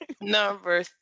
number